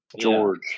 George